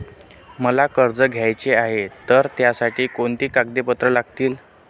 मला कर्ज घ्यायचे आहे तर त्यासाठी कोणती कागदपत्रे लागतील?